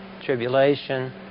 Tribulation